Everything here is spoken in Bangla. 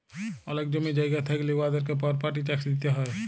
অলেক জমি জায়গা থ্যাইকলে উয়াদেরকে পরপার্টি ট্যাক্স দিতে হ্যয়